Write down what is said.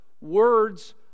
words